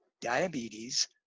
diabetes